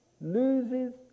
loses